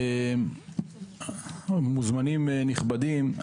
מוזמנים נכבדים,